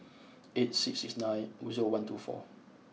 eight six six nine zero one two four